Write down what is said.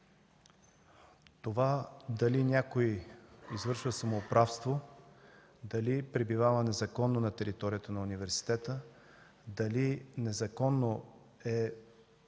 това дали някой извършва самоуправство, дали пребивава незаконно на територията на университета, дали незаконно е